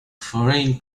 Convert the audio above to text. foreign